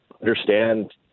understand